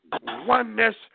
oneness